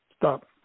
Stop